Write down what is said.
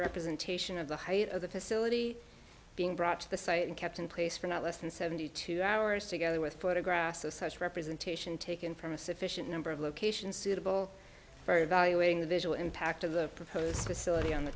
representation of the height of the facility being brought to the site and kept in place for not less than seventy two hours together with photographs of such representation taken from a sufficient number of locations suitable for evaluating the visual impact of the proposed facility on the